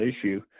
issue